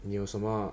你有什么